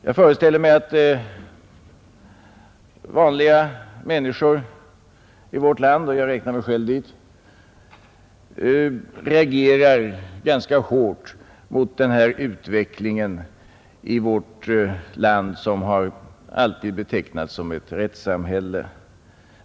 Jag föreställer mig att vanliga människor — och jag räknar mig själv dit — reagerar ganska hårt mot den här utvecklingen i vårt land, som alltid har betecknats som ett rättssamhälle.